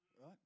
right